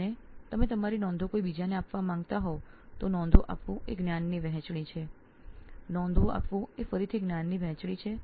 અને આપ આપની નોંધો જો કોઈ બીજાને આપવા માંગો છો તો તે ફરીથી જ્ઞાન વહેંચવાની સમસ્યા છે આ નોંધો આપવી એ જ્ઞાનની વહેંચણી છે